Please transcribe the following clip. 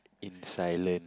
in silence